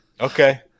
Okay